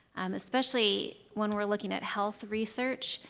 um especially when we are looking at health research.